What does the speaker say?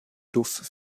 duff